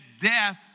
death